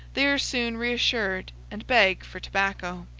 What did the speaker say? they are soon reassured and beg for tobacco.